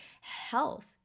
health